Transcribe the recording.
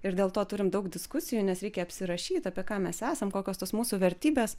ir dėl to turim daug diskusijų nes reikia apsirašyt apie ką mes esam kokios tos mūsų vertybės